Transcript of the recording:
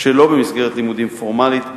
שלא במסגרת לימודים פורמלית,